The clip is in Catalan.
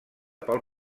pel